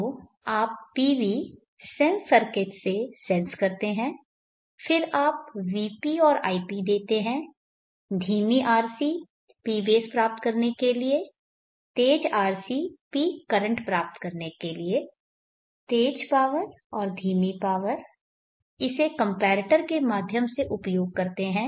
तो आप PV sense circuit से सेंस करते हैं फिर आप vp और ip देते हैं धीमी RC Pbase प्राप्त करने के लिए तेज RC Pcurrent प्राप्त करने के लिए तेज पावर और धीमी पावर इसे कंपैरेटर के माध्यम से उपयोग करते हैं